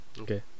Okay